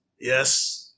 yes